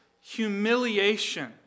humiliation